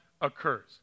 occurs